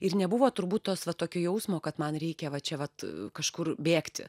ir nebuvo turbūt tos va tokio jausmo kad man reikia va čia vat kažkur bėgti